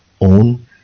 own